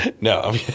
No